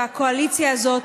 והקואליציה הזאת,